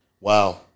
Wow